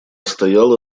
стояла